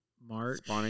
March